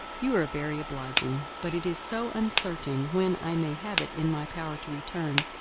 you are very obliging. but it is so uncertain, when i may have it in my power to return,